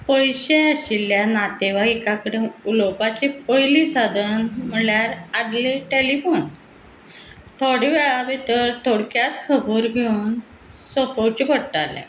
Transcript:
पयशे आशिल्ल्या नातेवायका कडेन उलोवपाचें पयलीं साधन म्हणल्यार आदले टॅलिफोन थोडे वेळा भितर थोडक्यांत खबर घेवन सोंपोवचें पडटालें